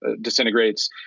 disintegrates